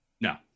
no